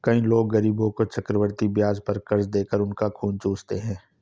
कई लोग गरीबों को चक्रवृद्धि ब्याज पर कर्ज देकर उनका खून चूसते हैं